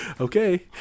Okay